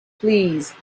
please